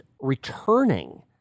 returning